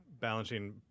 balancing